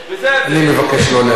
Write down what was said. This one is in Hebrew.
אני מבקש לא להפריע.